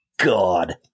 god